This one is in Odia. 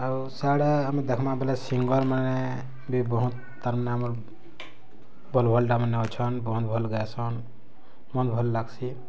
ଆଉ ସିଆଡ଼େ ଆମେ ଦେଖ୍ମା ବଲେ ସିଙ୍ଗର୍ ମାନେ ବି ବହୁତ୍ ତାର୍ ମାନେ ଆମର୍ ବଲ୍ ବଲ୍ ଟା ମାନେ ଅଛନ୍ ବହୁତ୍ ଭଲ୍ ଗାଏସନ୍ ମନ୍ ଭଲ୍ ଲାଗ୍ସି